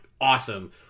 awesome